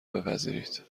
بپذیرید